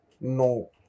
No